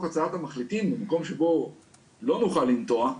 הצעת המחליטים במקום שבו לא נוכל לנטוע,